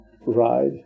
ride